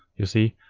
you see,